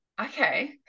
okay